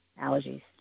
allergies